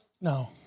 no